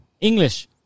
English